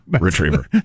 retriever